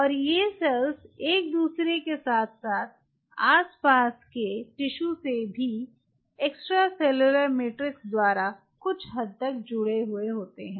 और ये सेल्स एक दूसरे के साथ साथ आस पास के ऊतक से भी एक्स्ट्रासेलुलर मैट्रिक्स द्वारा कुछ हद तक जुड़े हुए होते हैं